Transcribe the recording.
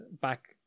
back